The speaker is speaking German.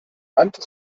rannte